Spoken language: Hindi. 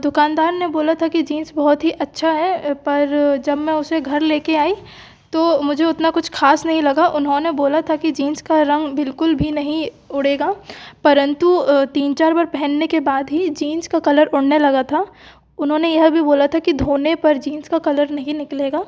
दुकानदार ने बोला था कि जीन्स बहुत ही अच्छी है पर जब मैं उसे घर ले कर आई तो मुझे उतना कुछ ख़ास नहीं लगा उन्होने बोला था कि जीन्स का रंग बिल्कुल भी नहीं उड़ेगा परंतु तीन चार बार पहनने के बाद ही जीन्स का कलर उड़ने लगा था उन्होंने यह भी बोला था कि धोने पर जीन्स का कलर नहीं निकलेगा